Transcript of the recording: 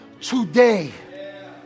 today